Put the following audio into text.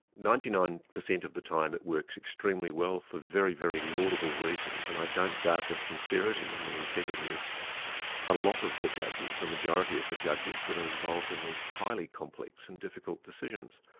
ninety-nine per cent of the time it works extremely well for very, very laudable reasons, and i don't doubt the sincerity and the integrity of a lot of the judges, the majority of the judges that are involved in these highly complex and difficult decisions.